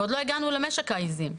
ועוד לא הגענו למשק העזים.